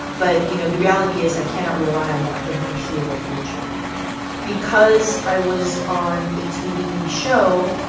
but you know, the reality is i cannot rely on that for the foreseeable future because i was on a tv show,